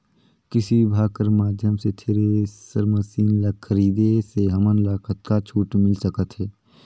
कृषि विभाग कर माध्यम से थरेसर मशीन ला खरीदे से हमन ला कतका छूट मिल सकत हे?